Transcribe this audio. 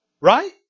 Right